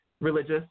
religious